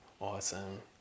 Awesome